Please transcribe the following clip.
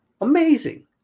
amazing